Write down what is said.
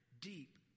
deep